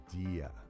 idea